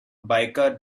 biker